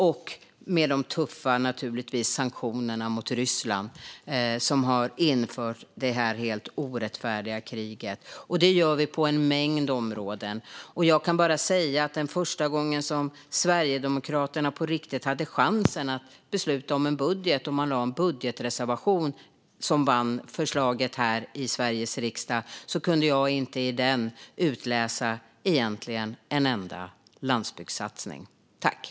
Det handlar om tuffa sanktioner mot Ryssland som har inlett detta orättfärdiga krig. Detta gör vi på en mängd områden. Första gången som Sverigedemokraterna på riktigt hade chansen att besluta om en budget och lade fram en budgetreservation som gick igenom här i Sveriges riksdag kunde jag egentligen inte utläsa en enda landsbygdssatsning i den.